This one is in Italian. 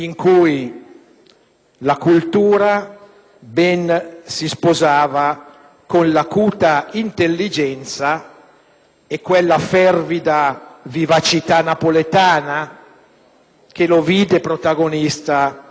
la cultura ben si sposava con l'acuta intelligenza e quella fervida vivacità napoletana che lo vide protagonista